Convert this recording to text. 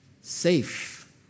safe